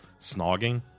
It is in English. snogging